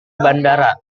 bandara